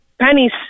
pennies